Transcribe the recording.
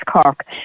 Cork